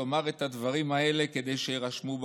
לומר את הדברים האלה כדי שיירשמו בפרוטוקול.